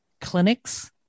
clinics